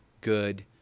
good